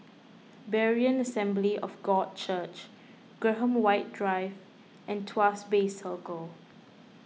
Berean Assembly of God Church Graham White Drive and Tuas Bay Circle